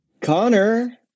Connor